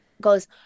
goes